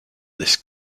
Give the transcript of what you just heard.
this